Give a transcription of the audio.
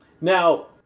now